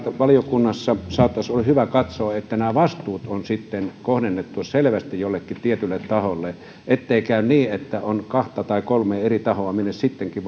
valiokunnassa saattaisi olla hyvä katsoa että nämä vastuut on kohdennettu selvästi jollekin tietylle taholle ettei käy niin että on kahta tai kolmea eri tahoa minne sittenkin